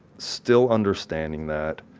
still understanding that,